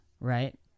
right